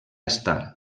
estar